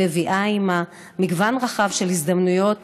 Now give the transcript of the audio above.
המביאה עימה מגוון רחב של הזדמנויות